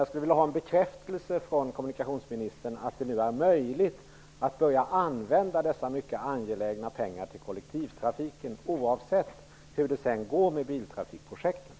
Jag skulle vilja ha en bekräftelse från kommunikationsministern om att det nu är möjligt att börja använda dessa mycket angelägna pengar till kollektivtrafiken, oavsett hur det sedan går med biltrafikprojekten.